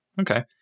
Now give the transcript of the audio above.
Okay